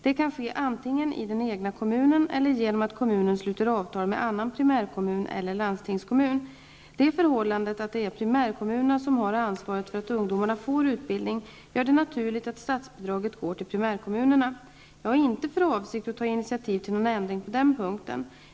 Detta kan ske antingen i den egna kommunen eller genom att kommunen sluter avtal med annan primärkommun eller landstingskommun. Det förhållandet att det är primärkommunerna som har ansvaret för att ungdomarna får utbildning gör det naturligt att statsbidraget går till primärkommunerna. Jag har inte för avsikt att ta initiativ till någon ändring på den punkten.